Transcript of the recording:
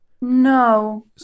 No